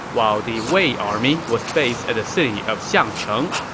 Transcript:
while the wei army was based at the city of xiangcheng.